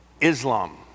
Islam